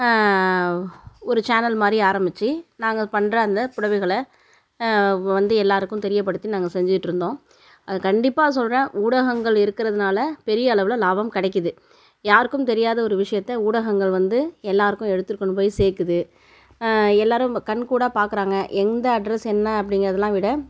ஒரு சேனல் மாதிரி ஆரம்மிச்சு நாங்கள் பண்ணுற அந்த புடவைகளை வந்து எல்லாேருக்கும் தெரியப்படுத்தி நாங்கள் செஞ்சுட்டு இருந்தோம் அது கண்டிப்பாக சொல்கிறேன் ஊடகங்கள் இருக்கிறதுனால் பெரிய அளவில் லாபம் கிடைக்கிது யாருக்கும் தெரியாத ஒரு விஷயத்தை ஊடகங்கள் வந்து எல்லாேர்க்கும் எடுத்து கொண்டு போய் சேர்க்குது எல்லாேரும் கண்கூடாகப் பார்க்குறாங்க எந்த அட்ரெஸ் என்ன அப்படிங்கிறதலாம் விட